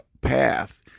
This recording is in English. path